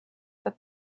that